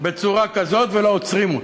בצורה כזאת בלי שעוצרים אותו.